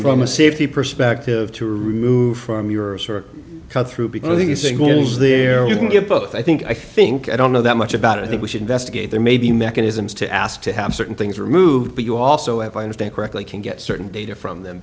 from a safety perspective to remove from your cut through because i think the single use there you can get both i think i think i don't know that much about it i think we should investigate there may be mechanisms to ask to have certain things removed but you also if i understand correctly can get certain data from them